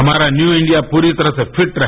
हमारा new India पूरी तरह से फिट रहे